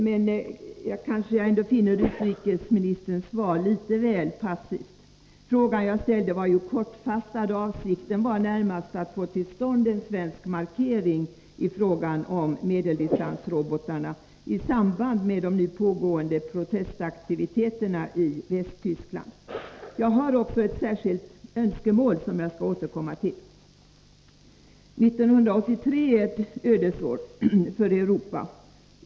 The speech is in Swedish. Jag finner ändå utrikesministerns svar litet väl passivt. Den fråga som jag ställde var kortfattad, och avsikten var närmast att få till stånd en svensk markering i fråga om medeldistansrobotarna, i samband med de nu pågående protestaktiviteterna i Västtyskland. Jag har också ett särskilt önskemål som jag skall återkomma till. År 1983 är ett ödesår för Europa.